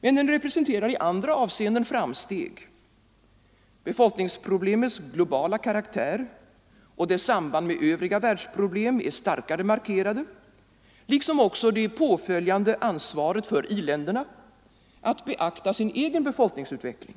Men den representerar i andra avseenden framsteg: befolkningsproblemets globala karaktär och dess samband med övriga världsproblem är starkare markerade liksom det påföljande ansvaret för i-länderna att beakta sin egen be folkningsutveckling